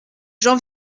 j’en